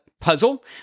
puzzle